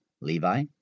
Levi